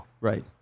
Right